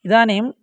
इदानीं